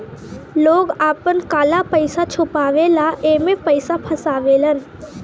लोग आपन काला पइसा छुपावे ला एमे पइसा फसावेलन